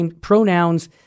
pronouns